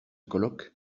colloque